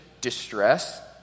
distress